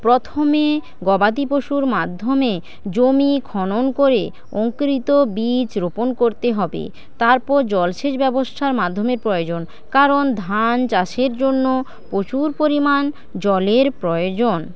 প্রথমে গবাদি পশুর মাধ্যমে জমি খনন করে অঙ্কুরিত বীজ রোপণ করতে হবে তারপর জলসেচ ব্যবস্থার মাধ্যমের প্রয়োজন কারণ ধান চাষের জন্য প্রচুর পরিমাণ জলের প্রয়োজন